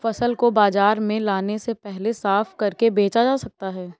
फसल को बाजार में लाने से पहले साफ करके बेचा जा सकता है?